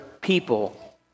people